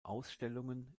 ausstellungen